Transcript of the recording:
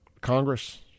Congress